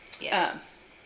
Yes